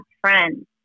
friends